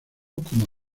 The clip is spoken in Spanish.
como